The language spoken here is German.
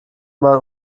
mal